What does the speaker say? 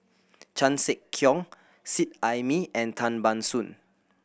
Chan Sek Keong Seet Ai Mee and Tan Ban Soon